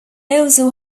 also